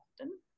often